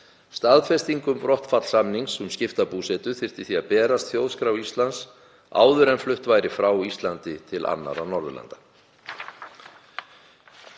Staðfesting um brottfall samnings um skipta búsetu þyrfti því að berast Þjóðskrá Íslands áður en flutt væri frá Íslandi til annarra Norðurlanda.